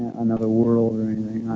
another world or